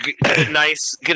nice